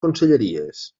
conselleries